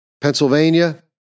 Pennsylvania